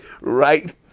right